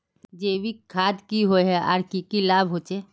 जैविक खाद की होय आर की की लाभ होचे?